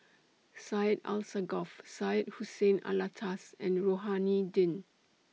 Syed Alsagoff Syed Hussein Alatas and Rohani Din